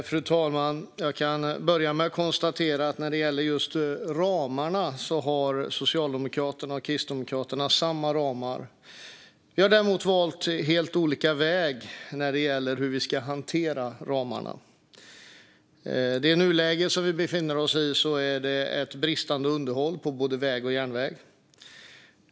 Fru talman! Jag kan börja med att konstatera att Socialdemokraterna och Kristdemokraterna har samma ramar. Vi har däremot valt helt olika vägar när det gäller hur vi ska hantera ramarna. I nuläget är det bristande underhåll av både väg och järnväg.